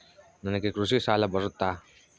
ನನಗೆ ಕೃಷಿ ಸಾಲ ಬರುತ್ತಾ?